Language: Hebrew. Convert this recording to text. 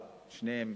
או את שניהם,